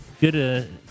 good